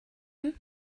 him